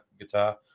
guitar